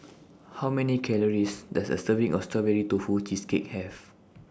How Many Calories Does A Serving of Strawberry Tofu Cheesecake Have